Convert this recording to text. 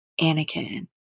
anakin